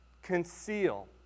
conceal